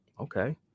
okay